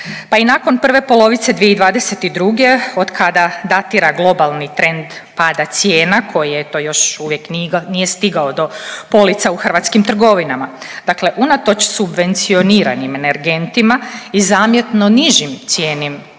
pa i nakon prve polovice 2022. od kada datira globalni trend pada cijena, koji je eto, još uvijek nije stigao do polica u hrvatskim trgovinama, dakle unatoč subvencioniranim energentima i zamjetno nižim cijenama